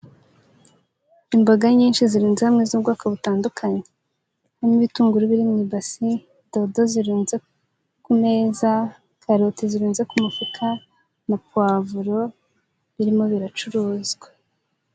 Imboga nyinshi zirunze hamwe z'ubwoko butandukanye ,hari ibitunguru biri mu ibasi, dodo zirenze ku meza, karoti zirunze ku mufuka na puwavuro birimo biracuruzwa.